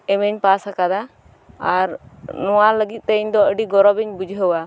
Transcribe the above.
ᱮᱢ ᱤᱧ ᱯᱟᱥ ᱟᱠᱟᱫᱟ ᱟᱨ ᱱᱚᱶᱟ ᱞᱟᱜᱤᱫ ᱛᱮ ᱤᱧ ᱫᱚ ᱟᱹᱰᱤ ᱜᱚᱨᱚᱵᱽ ᱤᱧ ᱵᱩᱡᱷᱟᱹᱣᱟ